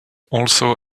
also